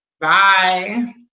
Bye